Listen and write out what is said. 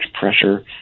pressure